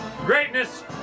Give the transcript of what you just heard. greatness